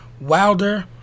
Wilder